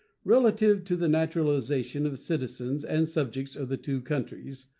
relative to the naturalization of citizens and subjects of the two countries,